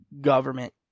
government